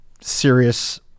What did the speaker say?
serious